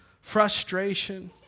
frustration